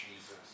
Jesus